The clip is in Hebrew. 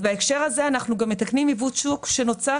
כך שאנחנו גם מתקנים כאן עיוות שוק שנוצר